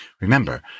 Remember